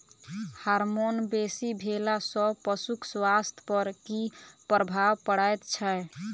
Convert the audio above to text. Hormone बेसी भेला सॅ पशुक स्वास्थ्य पर की प्रभाव पड़ैत छै?